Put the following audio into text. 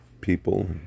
people